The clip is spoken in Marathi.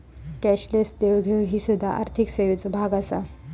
कॅशलेस देवघेव ही सुध्दा आर्थिक सेवेचो भाग आसा